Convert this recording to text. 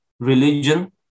religion